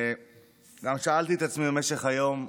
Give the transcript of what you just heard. וגם שאלתי את עצמי במשך היום: